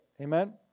Amen